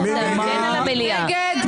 מי נגד?